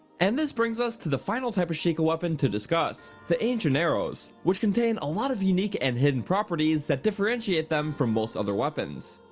and this brings us to the final type of sheikah weapon to discuss the ancient arrows which contain a lot of unique and hidden properties that differentiate them from most other weapons.